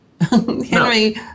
Henry